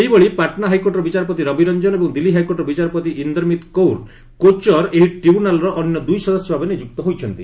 ସେହିଭଳି ପାଟନା ହାଇକୋର୍ଟର ବିଚାରପତି ରବି ରଞ୍ଜନ ଏବଂ ଦିଲ୍ଲୀ ହାଇକୋର୍ଟର ବିଚାରପତି ଇନ୍ଦରମିତ୍ କୌର କୋଚର ଏହି ଟ୍ରିବ୍ୟୁନାଲ୍ର ଅନ୍ୟ ଦୁଇ ସଦସ୍ୟଭାବେ ନିଯୁକ୍ତ ହୋଇଛନ୍ତି